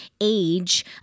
age